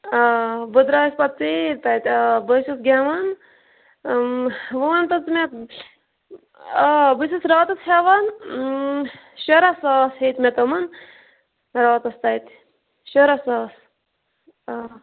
آ بہٕ درٛایَس پَتہٕ ژیٖرۍ تَتہِ آ بہٕ حظ چھَس گیٚوان وۄنۍ وَن تہٕ ژٕ مےٚ آ بہٕ چھَس راتَس ہیٚوان شُراہ ساس ہیٚتۍ مےٚ تِمَن راتَس تَتہِ شُراہ ساس آ